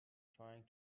trying